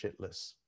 shitless